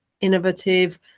innovative